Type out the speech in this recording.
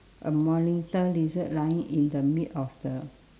a monitor lizard lying in the mid of the